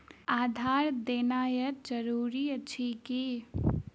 आधार देनाय जरूरी अछि की?